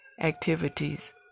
activities